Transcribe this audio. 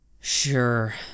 Sure